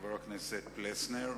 חבר הכנסת פלסנר.